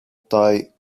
tie